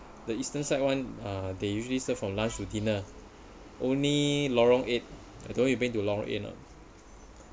the eastern side one uh they usually serve from lunch to dinner only lorong eight I don't even been to lorong eight lah